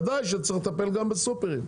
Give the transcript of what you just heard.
בוודאי שצריך לטפל גם בסופרים,